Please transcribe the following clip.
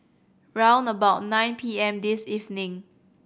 round about nine P M this evening